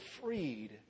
freed